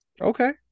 Okay